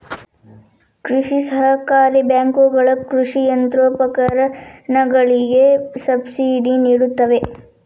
ಕೃಷಿ ಸಹಕಾರಿ ಬ್ಯಾಂಕುಗಳ ಕೃಷಿ ಯಂತ್ರೋಪಕರಣಗಳಿಗೆ ಸಬ್ಸಿಡಿ ನಿಡುತ್ತವೆ